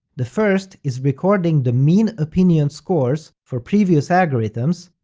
the first is recording the mean opinion scores for previous algorithms,